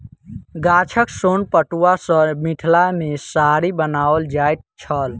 गाछक सोन पटुआ सॅ मिथिला मे साड़ी बनाओल जाइत छल